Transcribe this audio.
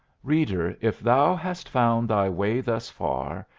reader, if thou hast found thy way thus far,